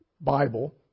Bible